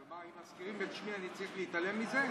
ומה, אם מזכירים את שמי אני צריך להתעלם מזה?